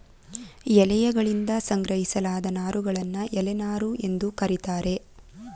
ಎಲೆಯಗಳಿಂದ ಸಂಗ್ರಹಿಸಲಾದ ನಾರುಗಳನ್ನು ಎಲೆ ನಾರು ಎಂದು ಕರೀತಾರೆ